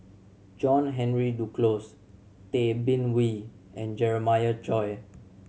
John Henry Duclos Tay Bin Wee and Jeremiah Choy